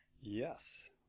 yes